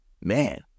man